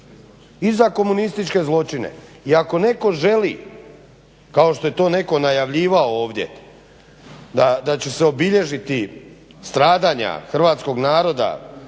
I za komunističke zločine. I ako netko želi kao što je to netko najavljivao ovdje da će se obilježiti stradanja hrvatskog naroda